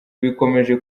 bikomeje